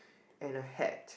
and a hat